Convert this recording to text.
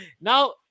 Now